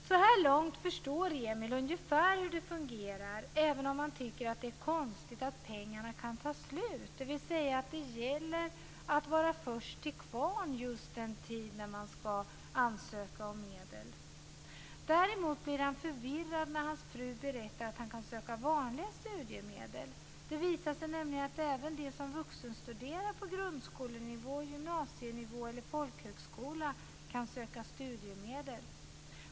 Så här långt förstår Emil ungefär hur det fungerar, även om han tycker att det är konstigt att pengarna kan ta slut, dvs. att det gäller att vara först till kvarn under just den tid när man skall ansöka om medel. Däremot blir han förvirrad när hans fru berättar att han kan söka vanliga studiemedel. Det visar sig nämligen att även de som vuxenstuderar på grundskolenivå, gymnasienivå eller på folkhögskola kan söka studiemedel.